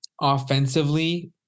offensively